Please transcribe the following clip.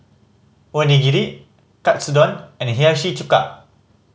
Onigiri Katsudon and Hiyashi Chuka